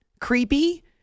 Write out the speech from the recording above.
creepy